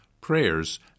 prayers